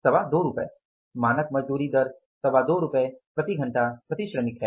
225 रूपये मानक मजदूरी दर 225 रूपये प्रति घंटा है